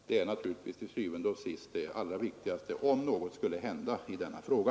Det är til syvende og sidst det allra viktigaste, om något skulle hända i denna fråga.